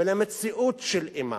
ולמציאות של אימה.